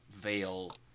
veil